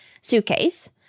suitcase